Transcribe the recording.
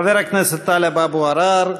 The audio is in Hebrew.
חבר הכנסת טלב אבו עראר,